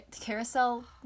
carousel